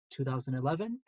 2011